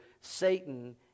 Satan